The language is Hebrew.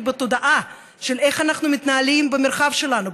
בתודעה של איך אנחנו מתנהלים במרחב שלנו,